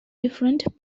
different